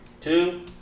two